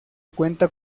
cuenta